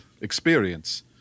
experience